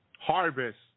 harvest